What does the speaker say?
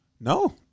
No